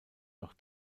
doch